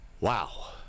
Wow